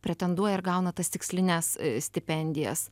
pretenduoja ir gauna tas tikslines stipendijas